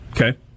Okay